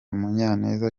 munyaneza